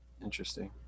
Interesting